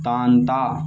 ताँता